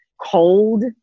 cold